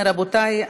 רבותי,